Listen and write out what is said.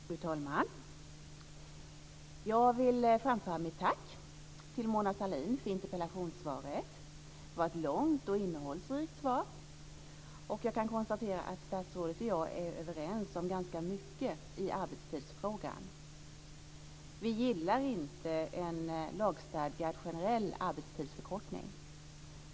Fru talman! Jag vill framföra mitt tack till Mona Sahlin för interpellationssvaret. Det var ett långt och innehållsrikt svar. Jag kan konstatera att statsrådet och jag är överens om ganska mycket i arbetstidsfrågan. Vi gillar inte en lagstadgad generell arbetstidsförkortning.